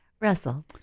Russell